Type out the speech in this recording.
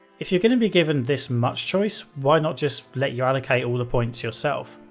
if you're going to be given this much choice, why not just let you allocate all the points yourself?